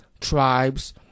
tribes